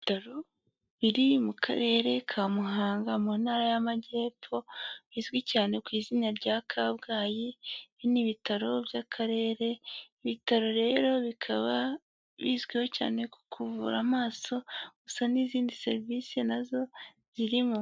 Ibitaro biri mu karere ka Muhanga mu ntara y'Amajyepfo bizwi cyane ku izina rya Kabgayi, ibi ni ibitaro by'Akarere, ibitaro rero bikaba bizwiho cyane ku kuvura amaso gusa n'izindi serivisi na zo zirimo.